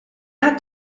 hat